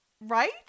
Right